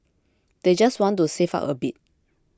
they just want to save up a bit